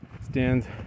stands